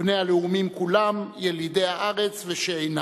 בני הלאומים כולם, ילידי הארץ ושאינם.